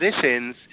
positions